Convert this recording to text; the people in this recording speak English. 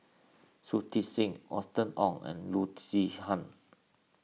Shui Tit Sing Austen Ong and Loo Zihan